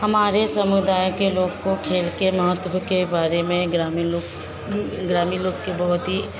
हमारे समुदाय के लोग को खेल के महत्व के बारे में ग्रामीण लोग ग्रामीण लोग के बहुत ही